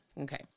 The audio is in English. Okay